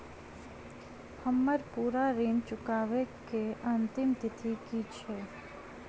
हम्मर पूरा ऋण चुकाबै केँ अंतिम तिथि की छै?